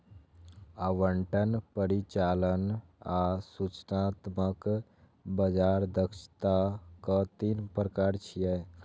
आवंटन, परिचालन आ सूचनात्मक बाजार दक्षताक तीन प्रकार छियै